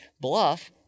bluff